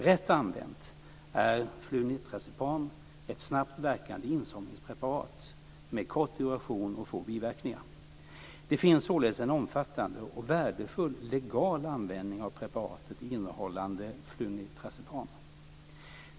Rätt använt är flunitrazepam ett snabbt verkande insomningspreparat med kort duration och få biverkningar. Det finns således en omfattande och värdefull legal användning av preparat innehållande flunitrazepam.